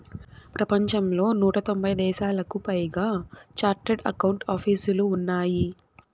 ప్రపంచంలో నూట తొంభై దేశాలకు పైగా చార్టెడ్ అకౌంట్ ఆపీసులు ఉన్నాయి